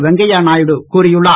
வெங்கைய நாயுடு கூறியுள்ளார்